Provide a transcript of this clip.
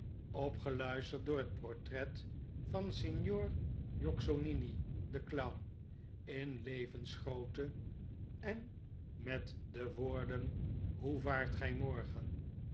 opgeluisterd door het portret van signor jocksonini den clown in levensgrootte en met de woorden hoevaart gy morgen